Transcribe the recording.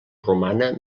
romana